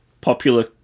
popular